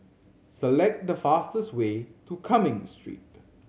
select the fastest way to Cumming Street